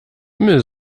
müll